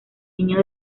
niño